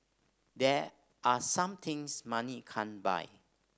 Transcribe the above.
there are some things money can't buy